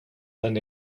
than